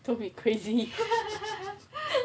don't be crazy